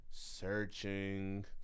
Searching